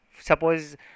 Suppose